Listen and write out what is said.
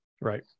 Right